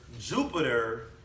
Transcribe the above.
Jupiter